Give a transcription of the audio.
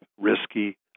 risky